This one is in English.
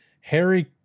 Harry